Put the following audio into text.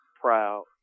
proud